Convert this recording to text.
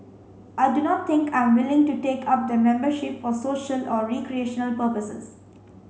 I do not think I am willing to take up the membership for social or recreational purposes